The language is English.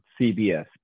cbs